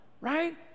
right